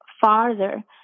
farther